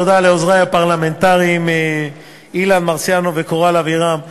תודה לעוזרי הפרלמנטריים אילן מרסיאנו וקורל אבירם,